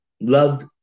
loved